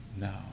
now